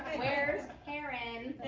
where's karen.